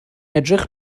edrych